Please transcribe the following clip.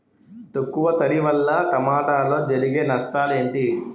తక్కువ తడి వల్ల టమోటాలో జరిగే నష్టాలేంటి?